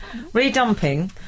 Redumping